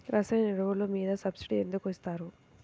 రసాయన ఎరువులు మీద సబ్సిడీ ఎందుకు ఇస్తారు?